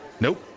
Nope